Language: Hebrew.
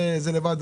זה לבד,